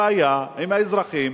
הבעיה עם האזרחים